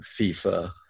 FIFA